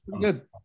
good